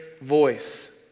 voice